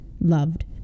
Loved